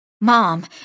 Mom